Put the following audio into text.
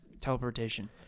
teleportation